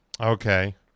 Okay